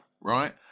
right